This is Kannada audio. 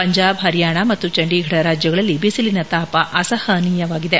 ಪಂಜಾಬ್ ಹರಿಯಾಣ ಮತ್ತು ಚಂಡಿಗಥ ರಾಜ್ಯಗಳಲ್ಲಿ ಬಿಸಿಲಿನ ತಾಪ ಅಸಹನೀಯವಾಗಿದೆ